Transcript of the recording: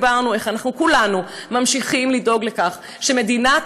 איך אנחנו כולנו ממשיכים לדאוג לכך שמדינת